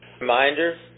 reminder